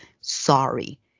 sorry